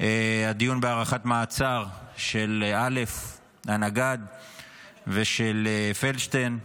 הדיון בהארכת מעצר של א' הנגד ושל פלדשטיין.